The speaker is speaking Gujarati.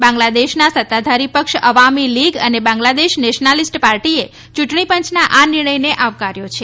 બાંગ્લાદેશના સત્તાધારી પક્ષ અવામી લીગ અને બાંગ્લાદેશ નેશનાલીસ્ટ પાર્ટીએ ચૂંટણી પંચના આ નિર્ણયને આવકાર્યો છે